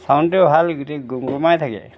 চাউণ্ডটো ভাল গোটেই গোমগোমাই থাকে